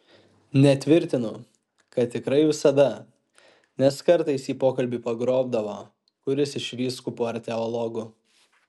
netvirtinu kad tikrai visada nes kartais jį pokalbiui pagrobdavo kuris iš vyskupų ar teologų